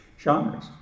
genres